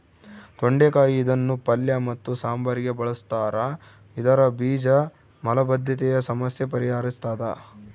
ತೊಂಡೆಕಾಯಿ ಇದನ್ನು ಪಲ್ಯ ಮತ್ತು ಸಾಂಬಾರಿಗೆ ಬಳುಸ್ತಾರ ಇದರ ಬೀಜ ಮಲಬದ್ಧತೆಯ ಸಮಸ್ಯೆ ಪರಿಹರಿಸ್ತಾದ